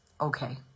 okay